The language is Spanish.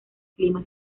clima